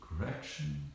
correction